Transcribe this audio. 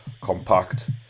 compact